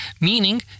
Meaning